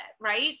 right